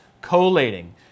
collating